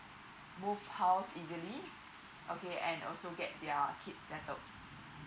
move house easily okay and also get their kid settled